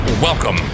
Welcome